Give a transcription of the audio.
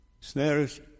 snares